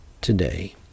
today